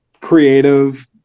creative